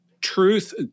truth